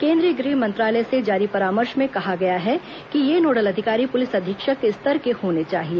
केंद्रीय गृह मंत्रालय से जारी परामर्श में कहा गया है कि यह नोडल अधिकारी पुलिस अधीक्षक के स्तर के होने चाहिए